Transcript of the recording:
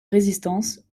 résistance